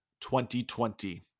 2020